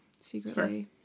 secretly